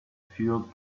fueled